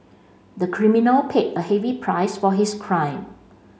the criminal paid a heavy price for his crime